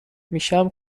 میشم